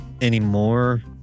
anymore